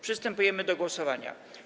Przystępujemy do głosowania.